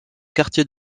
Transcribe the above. quartier